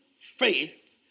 faith